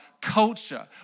culture